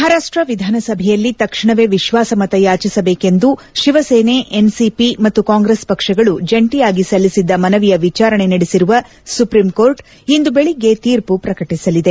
ಮಹಾರಾಷ್ಟ ವಿಧಾನಸಭೆಯಲ್ಲಿ ತಕ್ಷಣವೇ ವಿಶ್ನಾಸಮತ ಯಾಚಿಸಬೇಕು ಎಂದು ಶಿವಸೇನೆ ಎನ್ಸಿಪಿ ಮತ್ತು ಕಾಂಗ್ರೆಸ್ ಪಕ್ಷಗಳು ಜಂಟಿಯಾಗಿ ಸಲ್ಲಿಸಿದ್ದ ಮನವಿಯ ವಿಚಾರಣೆ ನಡೆಸಿರುವ ಸುಪ್ರೀಂ ಕೋರ್ಟ್ ಇಂದು ಬೆಳಗ್ಗೆ ತೀರ್ಮ ಪ್ರಕಟಿಸಲಿದೆ